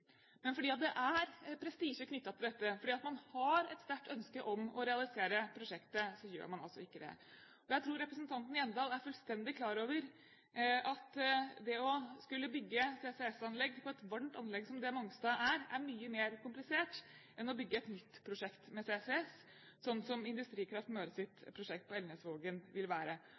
Men fordi det er prestisje knyttet til dette, fordi man har et sterkt ønske om å realisere prosjektet, gjør man altså ikke det. Jeg tror representanten Hjemdal er fullstendig klar over at det å skulle bygge CCS-anlegg på et varmt anlegg, som Mongstad er, er mye mer komplisert enn å bygge et nytt prosjekt med CCS, sånn som Industrikraft Møres prosjekt i Elnesvågen vil være.